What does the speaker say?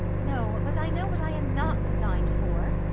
no, but i know what i am not design'd for.